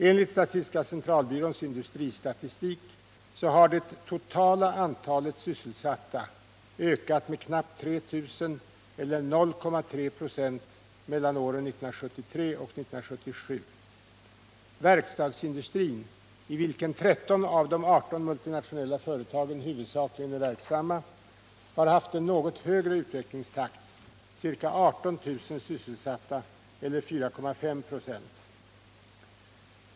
Enligt statistiska centralbyråns industristatistik har det totala antalet sysselsatta ökat med knappt 3 000 eller 0,3 96 mellan åren 1973 och 1977. Verkstadsindustrin — i vilken 13 av de 18 multinationella företagen huvudsakligen är verksamma — har haft en något högre ökningstakt, ca 18000 sysselsatta eller 4,5 96.